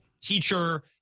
teacher